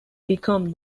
become